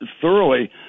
thoroughly